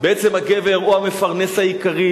בעצם הגבר הוא המפרנס העיקרי,